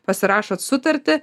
pasirašot sutartį